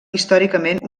històricament